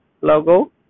logo